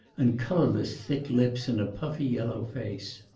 and colourless thick lips in a puffy yellow face.